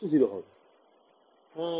ছাত্র ছাত্রীঃ হ্যাঁ